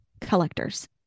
collectors